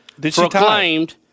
proclaimed